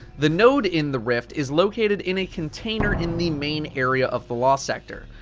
the node in the rift is located in a container in the main area of the lost sector.